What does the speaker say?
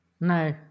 No